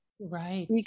right